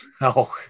no